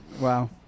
wow